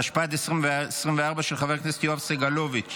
התשפ"ד 2024, של חבר הכנסת יואב סגלוביץ'.